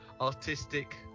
artistic